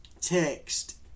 text